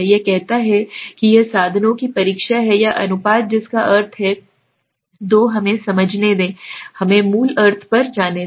यह कहता है कि यह साधनों की परीक्षा है या अनुपात जिसका अर्थ है दो हमें समझने दें हमें मूल अर्थ पर जाने दें